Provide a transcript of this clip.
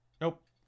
Nope